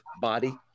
body